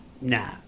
nah